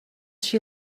she